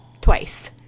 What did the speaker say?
twice